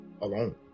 alone